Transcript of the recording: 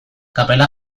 kapela